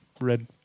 Red